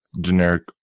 generic